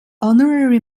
honorary